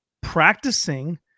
practicing